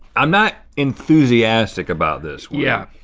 i'm not enthusiastic about this yeah